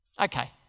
Okay